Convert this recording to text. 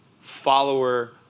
follower